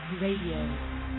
Radio